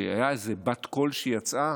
הייתה איזו בת קול שיצאה.